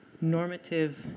normative